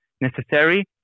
necessary